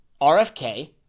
RFK